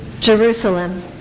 Jerusalem